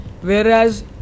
whereas